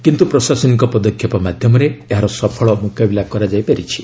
କିନ୍ତୁ ପ୍ରଶାସନିକ ପଦକ୍ଷେପ ମାଧ୍ୟମରେ ଏହାର ସଫଳ ମୁକାବିଲା କରାଯାଇପାରିଛି